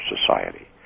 society